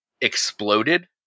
exploded